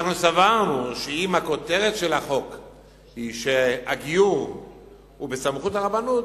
אנחנו סברנו שאם הכותרת של החוק היא שהגיור הוא בסמכות הרבנות,